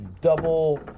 double